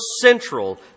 central